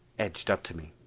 edged up to me.